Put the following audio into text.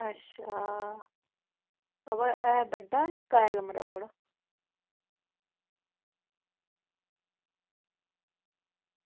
अच्छा अवा ऐ बड्डा जां निक्का कमरा थुआढ़ा